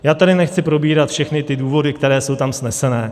Já tady nechci probírat všechny ty důvody, které jsou tam sneseny.